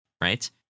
right